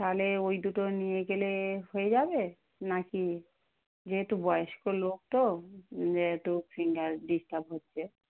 তাহলে ওই দুটো নিয়ে গেলে হয়ে যাবে না কি যেহেতু বয়স্ক লোক তো একটু ফিঙ্গার ডিস্টার্ব হচ্ছে